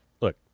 look